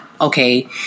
okay